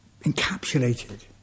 encapsulated